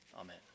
amen